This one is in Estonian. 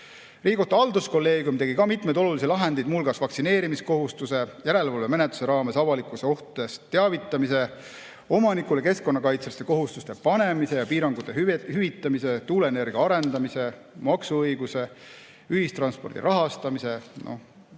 Riigikohtu halduskolleegium tegi ka mitmeid olulisi lahendeid, muu hulgas vaktsineerimiskohustuse, järelevalvemenetluse raames avalikkuse ohtudest teavitamise, omanikule keskkonnakaitseliste kohustuste panemise ja piirangute hüvitamise, tuuleenergia arendamise, maksuõiguse, ühistranspordi rahastamise,